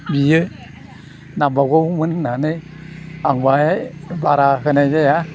बियो नांबावगौमोन होन्नानै आं बाहाय बारा होनाय जाया